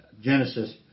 Genesis